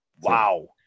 Wow